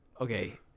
Okay